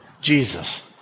Jesus